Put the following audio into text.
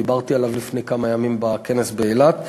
דיברתי עליו לפני כמה ימים בכנס באילת.